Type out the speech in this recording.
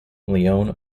leone